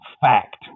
fact